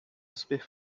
super